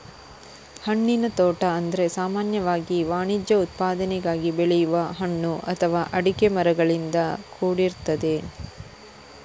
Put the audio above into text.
ಹಣ್ಣಿನ ತೋಟ ಅಂದ್ರೆ ಸಾಮಾನ್ಯವಾಗಿ ವಾಣಿಜ್ಯ ಉತ್ಪಾದನೆಗಾಗಿ ಬೆಳೆಯುವ ಹಣ್ಣು ಅಥವಾ ಅಡಿಕೆ ಮರಗಳಿಂದ ಕೂಡಿರ್ತದೆ